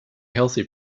healthy